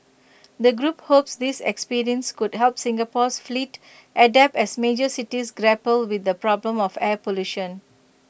the group hopes this experience could help Singapore's fleet adapt as major cities grapple with the problem of air pollution